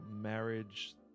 marriage